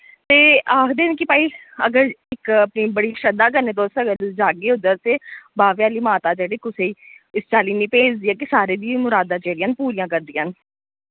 ते आखदे न कि भाई अगर इक अपनी बड़ी श्रद्धा कन्नै तुस अगर जागे उद्दर ते बावे आह्ली माता जेह्ड़ी कुसे ई इस चाल्ली निं भेजदी ऐ कि सारें दी मुरादां जेह्ड़ियां न पूरियां करदियां न